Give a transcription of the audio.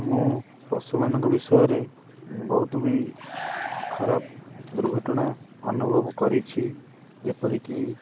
ମୁଁ ପଶୁମାନଙ୍କ ବିଷୟରେ ବହୁତ ବି ଖରାପ ଦୁର୍ଘଟଣା ଅନୁଭବ କରିଛି ଯେପରିକି